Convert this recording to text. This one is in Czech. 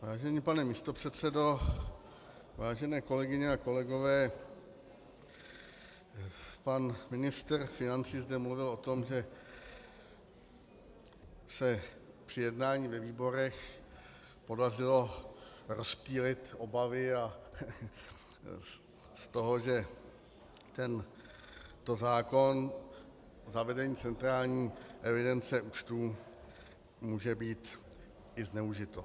Vážený pane místopředsedo, vážené kolegyně a kolegové, pan ministr financí zde mluvil o tom, že se při jednání ve výborech podařilo rozptýlit obavy z toho, že tento zákon o zavedení centrální evidence účtů může být i zneužit.